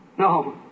No